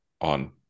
on